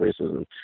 racism